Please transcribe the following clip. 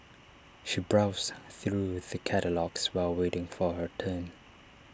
she browsed through the catalogues while waiting for her turn